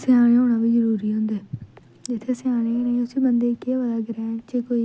स्याने होना बी जरूरी होंदे जित्थें स्याने गै नी उसी बंदे केह् पता ग्रैह्न च कोई